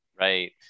Right